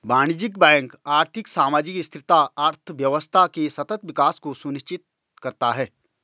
वाणिज्यिक बैंक आर्थिक, सामाजिक स्थिरता, अर्थव्यवस्था के सतत विकास को सुनिश्चित करता है